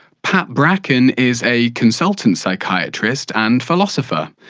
pat bracken is a consultant psychiatrist and philosopher.